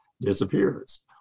disappears